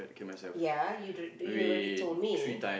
ya you do do you already told me